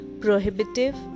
prohibitive